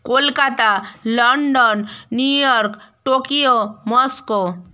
Kolkata London New York Tokyo Moscow